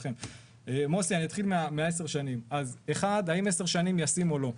שאלתו של חבר הכנסת מוסי רז - האם 10 שנים זה ישים או לא,